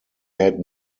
had